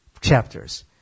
chapters